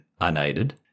unaided